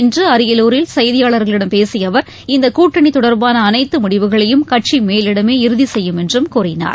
இன்று அரியலூரில் செய்தியாளர்களிடம் பேசிய அவர் இந்த கூட்டணி தொடர்பான அனைத்து முடிவுகளையும் கட்சி மேலிடமே இறுதி செய்யும் என்றும் கூறினார்